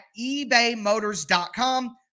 ebaymotors.com